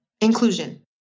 Inclusion